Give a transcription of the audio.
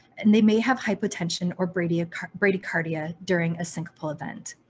and they may have hypertension or but ah bradycardia during syncope event.